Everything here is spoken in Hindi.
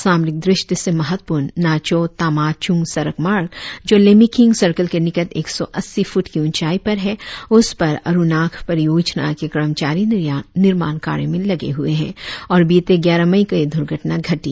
सामरिक दृष्टि से महत्वपूर्ण नाचो तामा चूंग सड़क मार्ग जो लिमेकिंग सर्कल के निकट एक सौ अस्सी फ्रट की उचाई पर है उसपर अरुणाक परियोजना के कर्मचारी निर्माण कार्य में लगे हुए है और बीते ग्यारह मई को यह दुर्घटना घटी